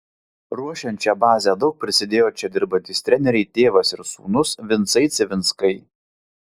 ruošiant šią bazę daug prisidėjo čia dirbantys treneriai tėvas ir sūnus vincai civinskai